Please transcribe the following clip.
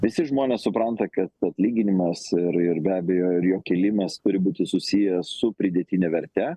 visi žmonės supranta kad atlyginimas ir ir be abejo ir jo kėlimas turi būti susijęs su pridėtine verte